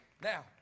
Now